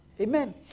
Amen